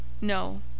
No